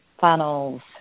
funnels